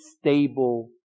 stable